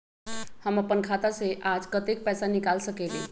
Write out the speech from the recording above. हम अपन खाता से आज कतेक पैसा निकाल सकेली?